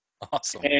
awesome